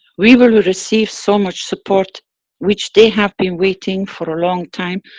we will receive so much support which they have been waiting for a long time,